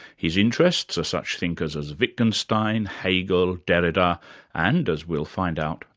his interests are such thinkers as wittgenstein, hegel, derrida and, as we'll find out,